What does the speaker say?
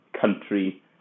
country